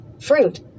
Fruit